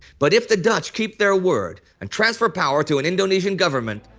but if the dutch keep their word and transfer power to an indonesian government,